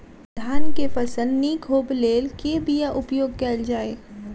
धान केँ फसल निक होब लेल केँ बीया उपयोग कैल जाय?